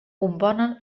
componen